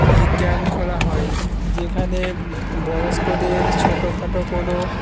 camp খোলা হয় যেখানে বয়স্কদের ছোটখাটো কোনও